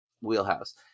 wheelhouse